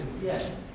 yes